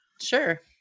sure